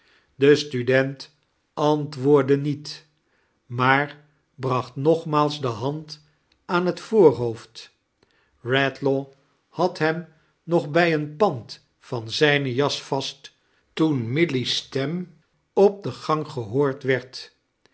de student antwoordde niet maar bracht nogmaals de hand aan het voorhoofd eedlaw had hem nog bjj een pand van zijne jas vast toen milly's stem op de gang gehoord werd